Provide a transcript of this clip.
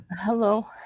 Hello